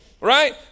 Right